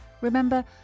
Remember